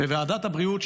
בוועדת הבריאות,